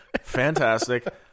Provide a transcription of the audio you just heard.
Fantastic